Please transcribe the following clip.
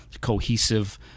cohesive